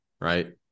right